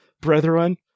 brethren